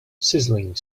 sizzling